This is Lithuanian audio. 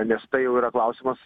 nes tai jau yra klausimas